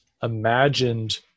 imagined